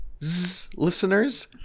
Listeners